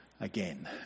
again